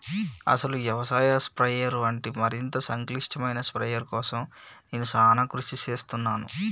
అసలు యవసాయ స్ప్రయెర్ వంటి మరింత సంక్లిష్టమైన స్ప్రయెర్ కోసం నేను సానా కృషి సేస్తున్నాను